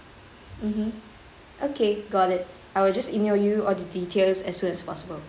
mmhmm okay got it I will just email you all the details as soon as possible